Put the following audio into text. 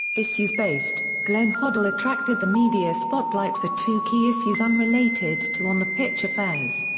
issues-based glenn hoddle attracted the media spotlight for two key issues unrelated to on-the-pitch affairs.